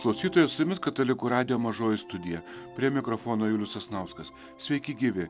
klausytojai su jumis katalikų radijo mažoji studija prie mikrofono julius sasnauskas sveiki gyvi